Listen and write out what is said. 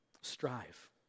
Strive